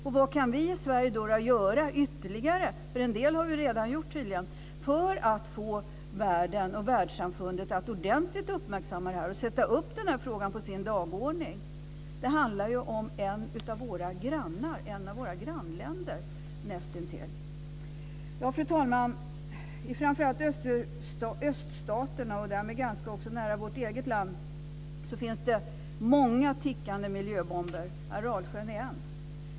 Och vad kan vi i Sverige göra ytterligare - för en del har vi tydligen redan gjort - för att få världen och världssamfundet att ordentligt uppmärksamma det här och sätta upp den här frågan på sin dagordning? Det handlar ju nästintill om ett av våra grannländer. Fru talman! I framför allt öststaterna, och därmed också ganska nära vårt eget land, finns det många tickande miljöbomber. Aralsjön är en.